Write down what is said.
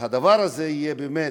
שהדבר הזה, באמת,